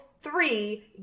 three